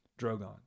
Drogon